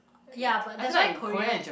ya but that's why Korea